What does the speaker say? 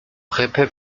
jefe